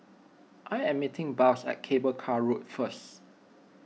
I am meeting Blas at Cable Car Road first